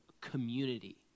community